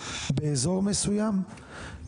באזור מסוים,